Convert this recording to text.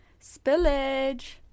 Spillage